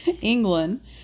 england